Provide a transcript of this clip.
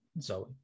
Zoe